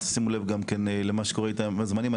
תשימו לב גם כן למה שקורה עם הזמנים,